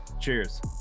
cheers